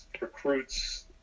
recruits